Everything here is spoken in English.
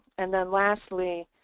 and then lastly